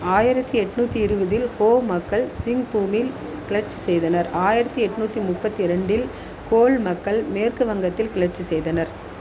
ஆயிரத்தி எட்நூற்றி இருபதில் ஹோ மக்கள் சிங்பூமில் கிளர்ச்சி செய்தனர் ஆயிரத்தி எட்நூற்றி முப்பத்தி இரண்டில் கோல் மக்கள் மேற்கு வங்கத்தில் கிளர்ச்சி செய்தனர்